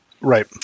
Right